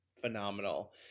phenomenal